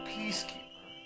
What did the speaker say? Peacekeeper